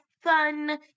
fun